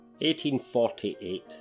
1848